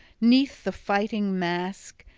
neath the fighting-mask,